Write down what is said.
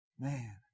man